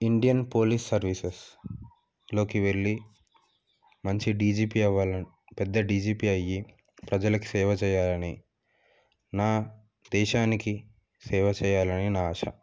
Indian police సర్వీసెస్లోకి వెళ్ళి మంచి డీజీపీ అవ్వాలని పెద్ద డీజీపీ అయ్యి ప్రజలకి సేవ చేయాలని నా దేశానికి సేవ చెయ్యాలని నా ఆశ